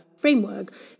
framework